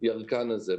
הירקן הזה.